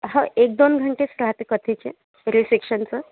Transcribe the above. हो एक दोन घंटेच राहते कथेचे रिसेक्शनचं